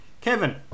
Kevin